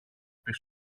πεις